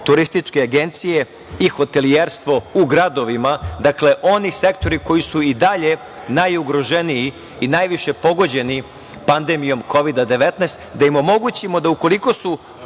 turističke agencije i hotelijerstvo u gradovima, dakle, oni sektori koji su i dalje najugroženiji i najviše pogođeni pandemijom Kovida - 19, da im omogućimo da ukoliko su